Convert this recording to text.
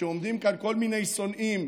כשעומדים כאן כל מיני שונאים,